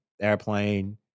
airplane